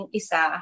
isa